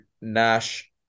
Nash